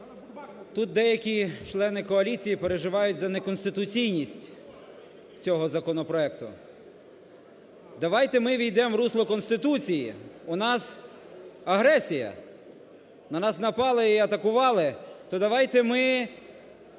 тут деякі члени коаліції переживають за неконституційність цього законопроекту. Давайте ми ввійдемо в русло Конституції, у нас агресія, на нас напали і атакували, то давайте ми